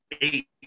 eight